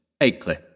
Akeley